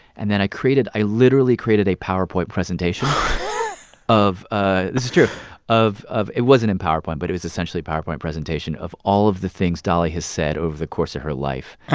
and then i created i literally created a powerpoint presentation of ah this is true of of it wasn't in powerpoint, but it was essentially a powerpoint presentation of all of the things dolly has said over the course of her life,